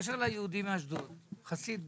חסיד גור,